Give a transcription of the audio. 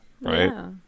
right